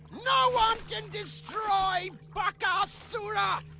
no one can destroy bakasura.